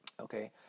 Okay